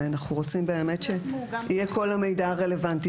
ואנחנו רוצים שיהיה כל המידע הרלוונטי